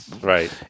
right